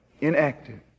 inactive